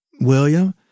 William